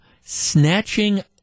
snatching –